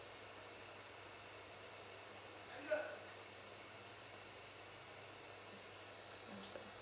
mm mmhmm